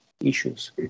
issues